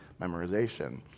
memorization